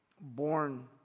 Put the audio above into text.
born